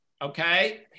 Okay